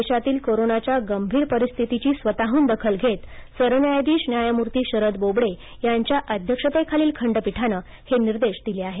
देशातील कोरोनाच्या गंभीर परिस्थितीची स्वतःहून दखल घेत सरन्यायाधीश न्यायमूर्ती शरद बोबडे यांच्या अध्यक्षतेखालील खंडपीठानं हे निर्देश दिले आहेत